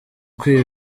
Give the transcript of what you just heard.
kwiba